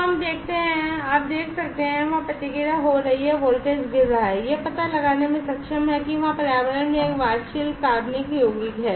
तो हम देखते हैं कि आप देख सकते हैं कि वहां प्रतिक्रिया हो रही है कि वोल्टेज गिर रहा है यह पता लगाने में सक्षम है कि वहाँ पर्यावरण में एक वाष्पशील कार्बनिक यौगिक है